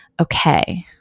Okay